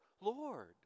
Lord